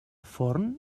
forn